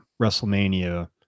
WrestleMania